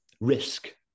risk